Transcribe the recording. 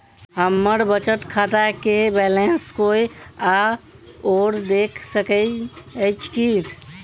हम्मर बचत खाता केँ बैलेंस कोय आओर देख सकैत अछि की